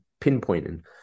pinpointing